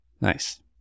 Nice